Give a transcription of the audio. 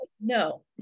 no